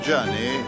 journey